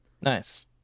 Nice